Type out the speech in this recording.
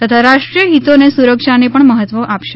તથા રાષ્ટ્રીય હિતો અને સુરક્ષાને પણ મહત્વ આપશે